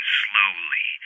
slowly